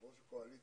יו"ר הקואליציה,